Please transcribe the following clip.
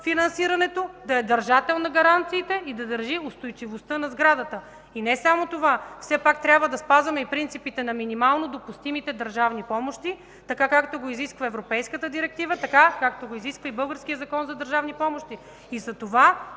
финансирането, да е държател на гаранциите и да държи устойчивостта на сградата. И не само това. Все пак трябва да спазваме и принципите на минимално допустимите държавни помощи, така както го изисква Европейската директива, така както го изисква и българският Закон за държавни помощи.